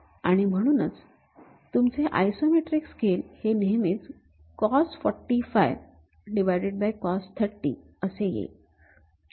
आणि म्हणूनच तुमचे आयसोमेट्रिक स्केल हे नेहमीच कॉस४५कॉस३० cos cos असे येईल